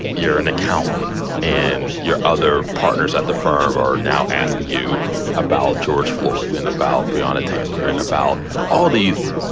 you're an accountant and and your other partners at the firm are now asking you about george floyd, and about breonna taylor, and about all these.